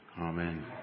Amen